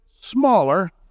smaller